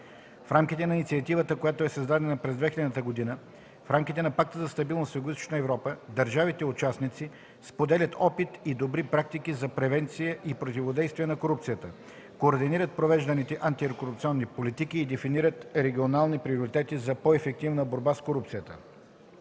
В рамките на Инициативата, която е създадена през 2000 г. в рамките на Пакта за стабилност в Югоизточна Европа, държавите участници споделят опит и добри практики за превенция и противодействие на корупцията, координират провежданите антикорупционни политики и дефинират регионални приоритети за по-ефективна борба с корупцията.